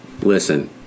Listen